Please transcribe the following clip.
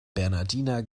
bernhardiner